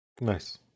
Nice